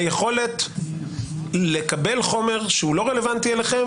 היכולת לקבל חומר שהוא לא רלוונטי לכם